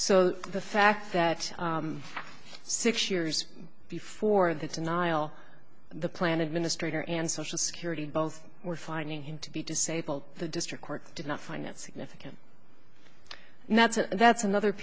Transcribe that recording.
so the fact that six years before the denial the plan administrator and social security both were finding him to be disabled the district court did not find that significant and that's a that's another